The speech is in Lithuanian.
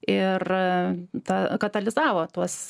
ir ta katalizavo tuos